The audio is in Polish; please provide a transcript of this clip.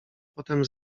potem